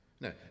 No